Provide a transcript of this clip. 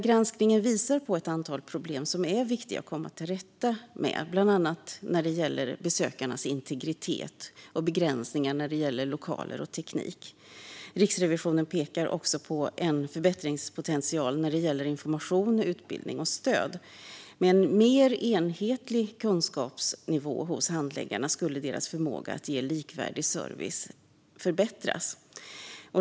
Granskningen visar på ett antal problem som är viktiga att komma till rätta med, bland annat vad gäller besökarnas integritet och begränsningar vad gäller lokaler och teknik. Riksrevisionen pekar också på en förbättringspotential när det gäller information, utbildning och stöd. Med en mer enhetlig kunskapsnivå hos handläggarna skulle deras förmåga att ge likvärdig service förbättras.